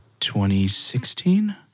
2016